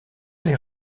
les